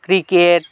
cricket